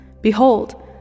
Behold